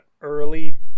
early